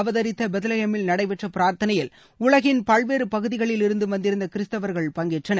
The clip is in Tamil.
அவதரித்த பெத்லஹேமில் நடைபெற்ற பிரார்த்தனையில் உலகின் இயேசுபிரான் பல்வேறு பகுதிகளிலிருந்தும் வந்திருந்த கிறிஸ்தவர்கள் பங்கேற்றனர்